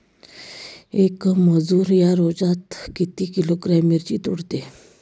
येक मजूर या रोजात किती किलोग्रॅम मिरची तोडते?